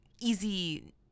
easy